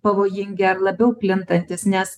pavojingi ar labiau plintantys nes